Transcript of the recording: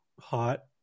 hot